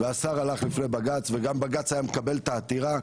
והשר הלך לפי בג"צ וגם בג"צ היה מקבל את העתירה,